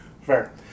Fair